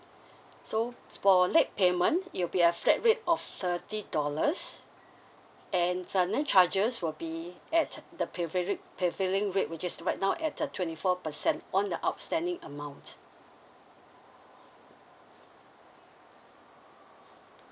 so for late payment it'll be a flat rate of thirty dollars and charges will be at the prevail ~ prevailing rate we just right now at the twenty four percent on the outstanding amount